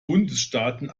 bundesstaaten